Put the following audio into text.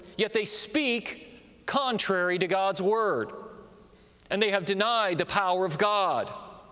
yet they speak contrary to god's word and they have denied the power of god.